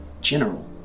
general